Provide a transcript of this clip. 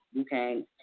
okay